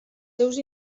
seus